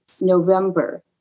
November